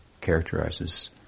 characterizes